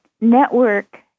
network